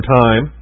time